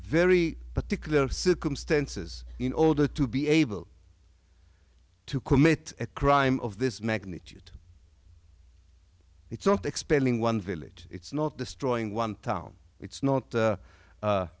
very particular circumstances in order to be able to commit a crime of this magnitude it's not expelling one village it's not destroying one town it's not